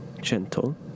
Gentle